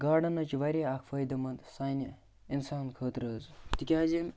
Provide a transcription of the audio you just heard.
garden حظ چھِ واریاہ اَکھ فٲیِدٕ مَنٛد سانہِ اِنسان خٲطرٕ حظ تِکیٛازِ